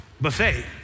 buffet